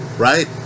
right